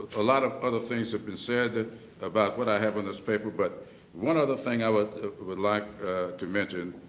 a lot of other things have been said about what i have on this paper, but one other thing i would would like to mention,